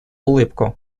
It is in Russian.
улыбку